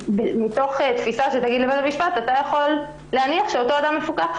מתוך תפיסה שתאמר לבית המשפט שהוא יכול להניח שאותו אדם מפוקח,